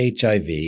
HIV